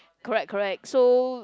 correct correct so